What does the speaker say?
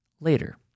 later